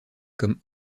comme